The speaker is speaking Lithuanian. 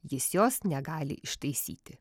jis jos negali ištaisyti